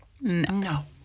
no